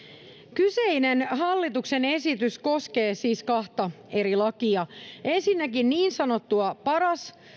kyseinen hallituksen esitys koskee siis kahta eri lakia ensinnäkin niin sanottua paras